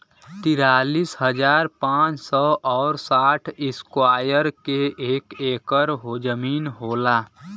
तिरालिस हजार पांच सौ और साठ इस्क्वायर के एक ऐकर जमीन होला